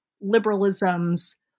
liberalism's